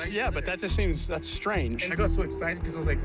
yeah but that just seems that's strange. and i got so excited because i was like,